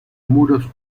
muros